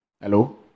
Hello